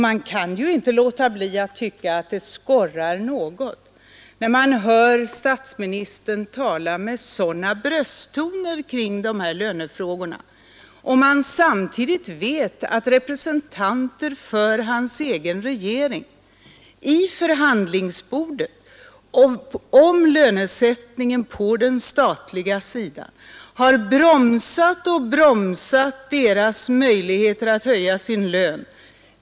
Man kan inte låta bli att tycka att det skorrar något när statsministern talar med sådana brösttoner om dessa lönefrågor och man samtidigt vet att representanter för hans egen regering vid förhandlingsbordet om lönesättningen på den statliga sidan har bromsat och bromsat när det gällt kvinnornas möjligheter att höja sin lön.